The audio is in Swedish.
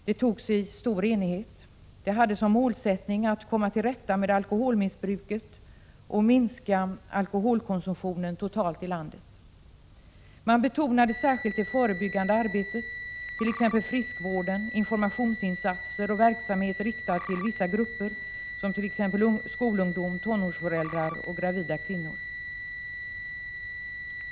Det togs i stor enighet. Det hade som målsättning att komma till rätta med alkoholmissbruket och med alkoholkonsumtionen totalt i landet. Man betonade särskilt det förebyggande arbetet, t.ex. friskvård, informationsinsatser och verksamhet riktad till vissa grupper som skolungdom, tonårsföräldrar och gravida kvinnor.